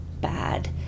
bad